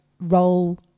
role